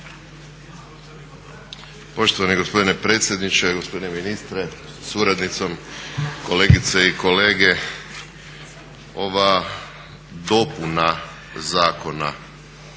Poštovani gospodine predsjedniče, gospodine ministre sa suradnicom, kolegice i kolege. Ova dopuna Zakona